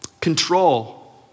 Control